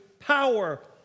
power